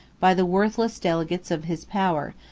by the worthless delegates of his power,